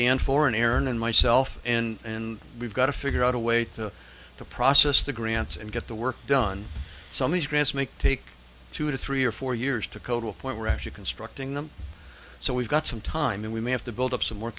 dan foreign aaron and myself and we've got to figure out a way to process the grants and get the work done some of these grants make take two to three or four years to kota when we're actually constructing them so we've got some time and we may have to build up some more